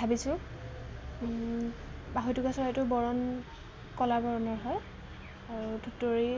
ভাবিছোঁ বাঢ়ৈটোকা চৰাইটো বৰণ কলা বৰণৰ হয় আৰু থুঁতৰি